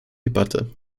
debatte